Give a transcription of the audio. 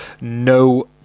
no